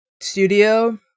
Studio